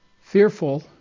fearful